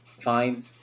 fine